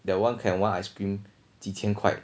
that one can one ice cream 几千块